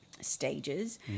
stages